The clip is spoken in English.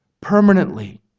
Permanently